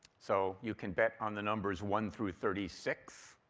so you can bet on the numbers one through thirty six.